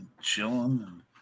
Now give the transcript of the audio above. chilling